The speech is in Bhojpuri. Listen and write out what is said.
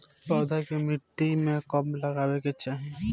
पौधा के मिट्टी में कब लगावे के चाहि?